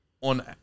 on